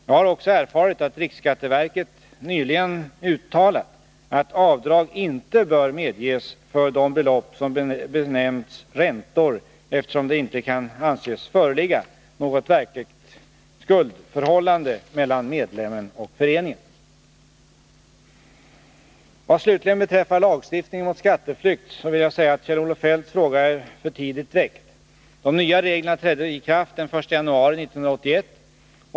Jag har också erfarit att riksskatteverket nyligen uttalat att avdrag inte bör medges för de belopp som benämnts räntor, eftersom det inte kan anses föreligga något verkligt skuldförhållande mellan medlemmen och föreningen. Vad slutligen beträffar lagstiftningen mot skatteflykt vill jag säga att Kjell-Olof Feldts fråga är för tidigt väckt. De nya reglerna trädde i kraft den 1 januari 1981.